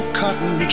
cotton